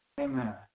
Amen